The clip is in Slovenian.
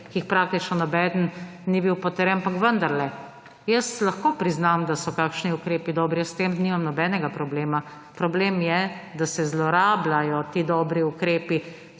ko praktično nobeden ni bil potrjen. Ampak vendarle, jaz lahko priznam, da so kakšni ukrepi dobri, jaz s tem nimam nobenega problema. Problem je, da se zlorabljajo ti dobri ukrepi